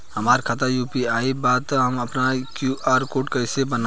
हमार खाता यू.पी.आई बा त हम आपन क्यू.आर कोड कैसे बनाई?